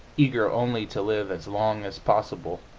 eager only to live as long as possible!